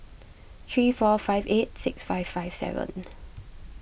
three four five eight six five five seven